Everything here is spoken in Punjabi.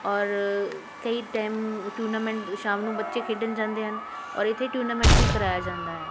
ਔਰ ਕਈ ਟਾਈਮ ਟੂਰਨਾਮੈਂਟ ਸ਼ਾਮ ਨੂੰ ਬੱਚੇ ਖੇਡਣ ਜਾਂਦੇ ਹਨ ਔਰ ਇੱਥੇ ਟੂਰਨਾਮੈਂਟ ਵੀ ਕਰਾਇਆ ਜਾਂਦਾ ਹੈ